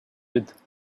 with